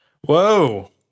Whoa